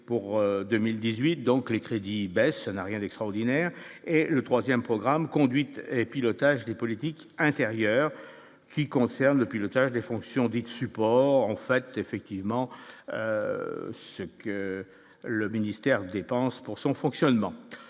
pour 2018, donc les crédits baissent n'a rien d'extraordinaire et le 3ème programme conduite et pilotage des politiques intérieure qui concerne le pilotage des fonctions dites supports en fait effectivement que le ministère dépense pour son fonctionnement,